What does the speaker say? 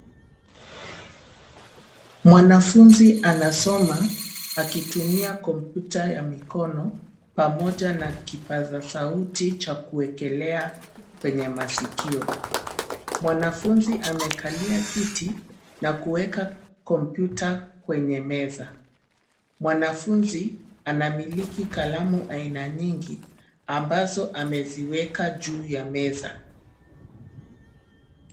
Mwanafunzi anasoma akitumia kompyuta ya mikono pamoja na kipaza sauti cha kuwekelea kwenye masikio. Mwanafunzi amekalia kiti na kuweka kompyuta kwenye meza. Mwanafunzi anamiliki kalamu aina nyingi ambazo ameziweka juu ya meza.